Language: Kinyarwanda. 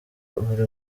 buri